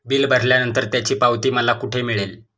Bill भरल्यानंतर त्याची पावती मला कुठे मिळेल?